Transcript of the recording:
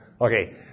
Okay